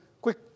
quick